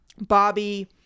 Bobby